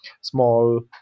small